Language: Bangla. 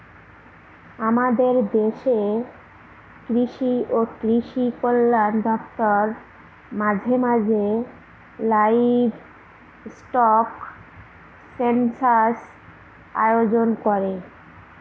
আমাদের দেশের কৃষি ও কৃষি কল্যাণ দপ্তর মাঝে মাঝে লাইভস্টক সেনসাস আয়োজন করে